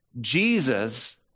Jesus